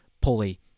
pulley